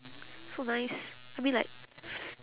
so nice I mean like